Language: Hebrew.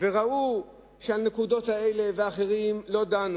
ובאו אנשים וגופים